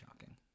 shocking